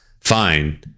fine